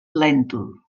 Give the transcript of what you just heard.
lèntul